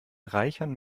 reichern